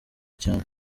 cyane